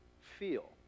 feel